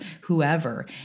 whoever